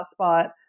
hotspot